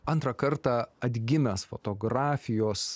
antrą kartą atgimęs fotografijos